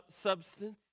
substance